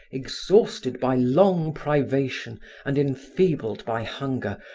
exhausted by long privation and enfeebled by hunger,